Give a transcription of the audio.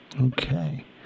Okay